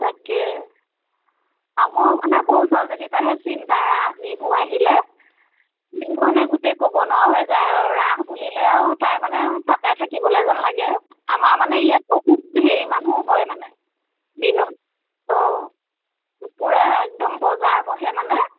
তাকে আমাৰ মানে সৰু ছোৱালীজনীৰ পৰাহে চিন্তা ৰাস বিহু আহিলে সেইও মানে গোটেই ক'ব নোৱাৰা হৈ যায় আৰু ৰাস বুলিলে আৰু তাই মানে তাকে থাকিবলে যেন লাগে আমাৰ মানে ইয়াত বহুত হেৰি মানুহ হয় মানে দিনত অঁ পূৰা একদম বজাৰ বহে মানে